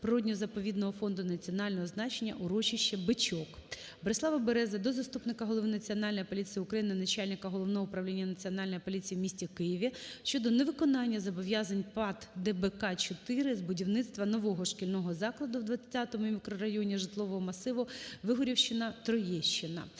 природно-заповідного фонду національного значення Урочище "Бичок". Борислава Берези до заступника голови Національної поліції України - начальника Головного управління Національної поліції у місті Києві щодо невиконання зобов'язань ПАТ "ДБК-4" з будівництва нового шкільного закладу в 20-му мікрорайоні житлового масиву Вигурівщина-Троєщина.